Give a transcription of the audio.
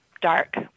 dark